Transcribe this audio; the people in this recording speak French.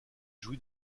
jouit